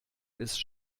ist